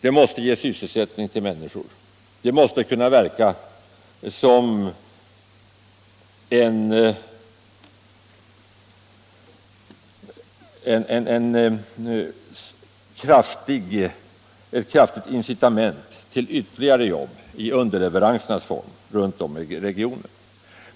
Det måste ge sysselsättning åt människor, det måste kunna verka som ett kraftigt incitament till ytterligare jobb i underleveransernas form runt om i regionen.